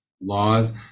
laws